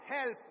help